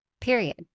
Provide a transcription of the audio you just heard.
Period